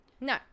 No